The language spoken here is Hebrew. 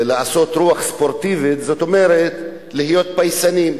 לעשות רוח ספורטיבית, זאת אומרת להיות פייסניים